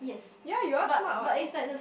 ya you are smart what